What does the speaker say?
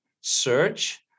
search